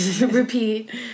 repeat